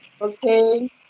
okay